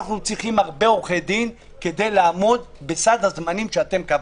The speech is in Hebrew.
אנחנו צריכים הרבה עורכי דין כדי לעמוד בסד הזמנים שקבעתם.